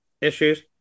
issues